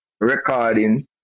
recording